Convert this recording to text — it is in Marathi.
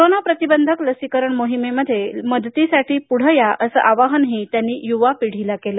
कोरोना प्रतिबंधक लसीकरण मोहिमेमध्ये मदतीसाठी पुढे या असं आवाहन त्यांनी युवा पिढीला केलं